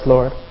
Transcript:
Lord